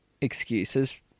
excuses